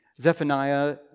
Zephaniah